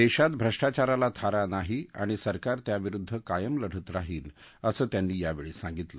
देशात भ्रष्टाचाराला थारा नाही आणि सरकार त्याविरुद्ध कायम लढत राहील असं त्यांनी यावेळी सांगितलं